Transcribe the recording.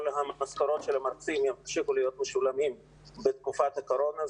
המשכורות של המרצים ימשיכו להיות משולמות בתקופת הקורונה,